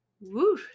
Woo